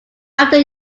after